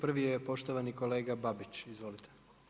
Prvi je poštovani kolega Babić, izvolite.